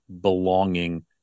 belonging